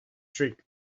streak